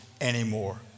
anymore